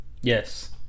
Yes